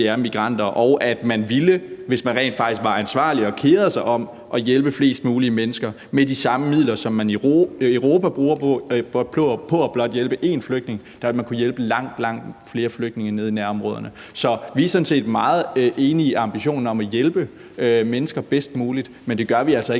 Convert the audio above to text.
men migranter, og at man, hvis man rent faktisk var ansvarlig og kerede sig om at hjælpe flest mulige mennesker med de samme midler, som man i Europa bruger på at hjælpe blot en flygtning, ville kunne hjælpe langt flere flygtninge i nærområderne. Så vi er sådan set meget enige i ambitionen om at hjælpe mennesker bedst muligt, men det gør vi altså ikke